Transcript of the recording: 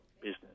business